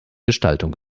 gestaltung